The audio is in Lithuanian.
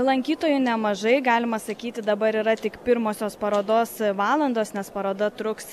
lankytojų nemažai galima sakyti dabar yra tik pirmosios parodos valandos nes paroda truks